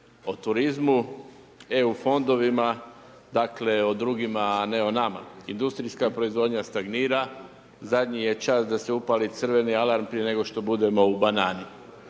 o turizmu, EU fondovima, dakle o drugima a ne o nama. Industrijska proizvodnja stagnira, zadnji je čas da se upali crveni alarm prije nego što budemo u banani.